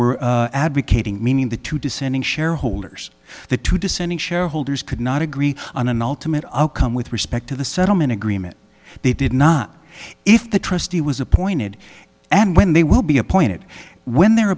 were advocating meaning the two dissenting shareholders the two dissenting shareholders could not agree on an ultimate outcome with respect to the settlement agreement they did not if the trustee was appointed and when they will be appointed when they're